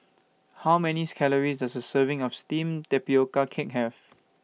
How Many Calories Does A Serving of Steamed Tapioca Cake Have